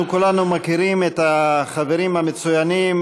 אנחנו כולנו מכירים את החברים המצוינים,